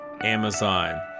Amazon